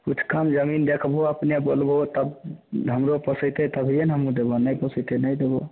किछु कम जमीन देखबहो अपने बोलबहो तब हमरो पोसेतै तभीए ने हमहुँ देबऽ नहि पोसेतै नहि देबऽ